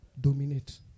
Dominate